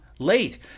Late